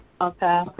Okay